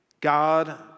God